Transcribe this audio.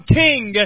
king